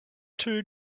two